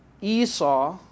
Esau